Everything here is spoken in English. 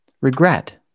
regret